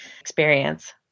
experience